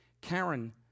Karen